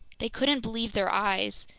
they couldn't believe their eyes.